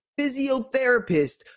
physiotherapist